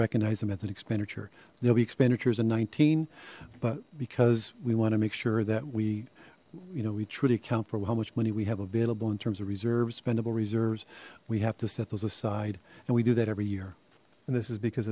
recognize the method expenditure they'll be expenditures in nineteen but because we want to make sure that we you know we truly count for how much money we have available in terms of reserve spendable reserves we have to set those aside and we do that every year and this is because